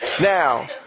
Now